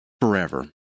forever